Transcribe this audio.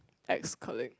ex colleague